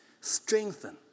strengthen